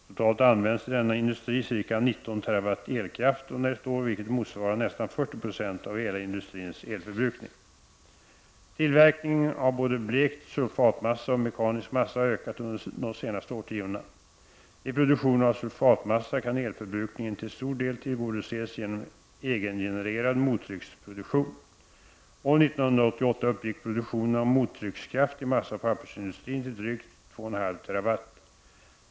Totalt används i denna industri ca 19 TWh elkraft under ett år, vilket motsvarar nästan 40 96 av hela industrins elförbrukning. Tillverkningen av både blekt sulfatmassa och mekanisk massa har ökat under de senaste årtiondena. Vid produktionen av sulfatmasssa kan elförbrukningen till stor del tillgodoses genom egengenererad mottrycksproduktion. År 1988 uppgick produktionen av mottryckskraft i massaoch pappersindustrin till drygt 2,5 TWh.